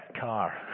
car